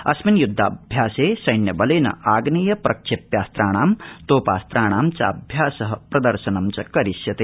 अस्मिन ा य्द्धाभ्यासे सैन्यबलेन आग्नेय प्रक्षेप्यास्त्राणां तोपास्त्राणां चाभ्यास प्र र्शनं करिष्यते